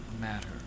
matter